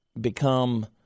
become